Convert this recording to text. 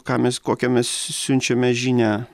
ką mes kokią mes siunčiame žinią